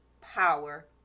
power